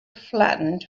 flattened